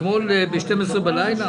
ב-12 בלילה.